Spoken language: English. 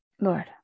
Lord